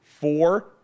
four